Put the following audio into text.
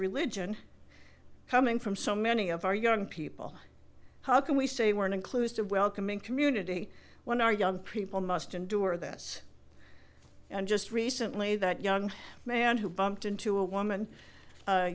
religion coming from so many of our young people how can we say we're an inclusive welcoming community when our young people must endure this and just recently that young man who bumped into a woman